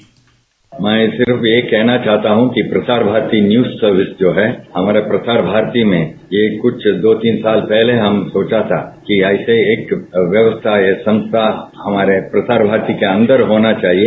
bite मैं सिर्फ यही कहना चाहता हूं कि प्रसार भारती न्यूज सर्विस जो है हमारा प्रसार भारती में ये कुछ दो तीन साल पहले हम सोचा था कि ऐसा एक व्यवस्था या संस्था हमारे प्रसार भारती के अंदर होना चाहिए